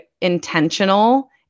intentional